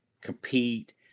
compete